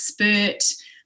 expert